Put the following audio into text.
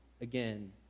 again